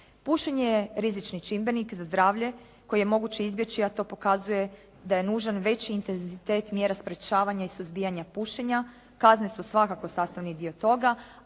Pušenje je rizični čimbenik za zdravlje koje je moguće izbjeći, a to pokazuje da je nužan veći intenzitet mjera sprječavanja i suzbijanja pušenja. Kazne su svakako sastavni dio toga,